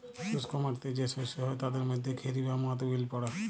শুস্ক মাটিতে যে শস্য হ্যয় তাদের মধ্যে খেরি বা মথ বিল পড়ে